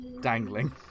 dangling